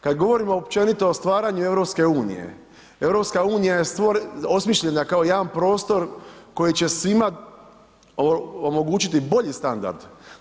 Kad govorimo općenito o stvaranju EU, EU je osmišljena kao jedan prostor koji će svima omogućiti bolji standard.